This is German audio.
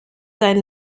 sein